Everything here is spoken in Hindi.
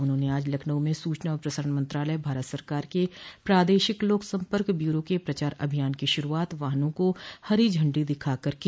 उन्होंने आज लखनऊ में सूचना और प्रसारण मंत्रालय भारत सरकार के प्रादेशिक लोक सम्पर्क ब्यूरो के प्रचार अभियान की शुरूआत वाहनों को हरी झंडी दिखाकर की